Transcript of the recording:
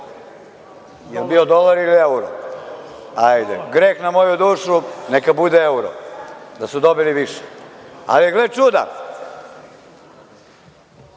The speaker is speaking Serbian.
li je bio dolar ili evro? Greh na moju dušu, neka bude evro, da su dobili više. Ali, gle čuda